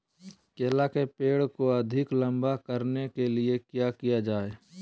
केला के पेड़ को अधिक लंबा करने के लिए किया किया जाए?